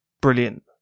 brilliant